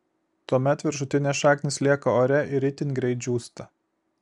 tuomet viršutinės šaknys lieka ore ir itin greit džiūsta